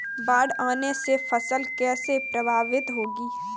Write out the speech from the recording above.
बाढ़ आने से फसल कैसे प्रभावित होगी?